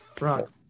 Rock